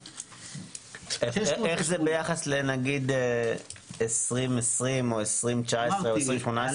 איך זה ביחס לנגיד 2020 או 2019 או 2018?